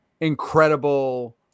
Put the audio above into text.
incredible